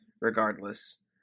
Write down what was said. regardless